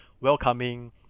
Welcoming